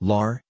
Lar